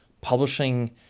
publishing